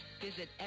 Visit